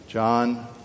John